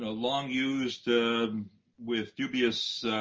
ah long used with dubious